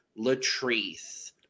Latrice